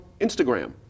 Instagram